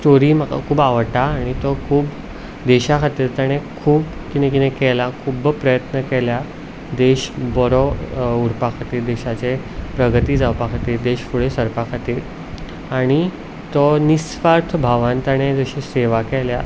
story म्हाका खूब आवडटा आनी तो खूब देशा खातीर ताणें खूब कितें कितें केलां खूब प्रयत्न केल्या देश बरो उरपा खातीर देशाचें प्रगती जावपा खातीर देश फुडें सरपा खातीर आनी तो निसुवार्थ भावान ताणें सेवा केल्या